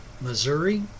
Missouri